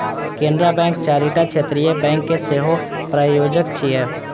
Canara bank चारिटा क्षेत्रीय bank के सेहो प्रायोजक छियै